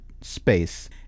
space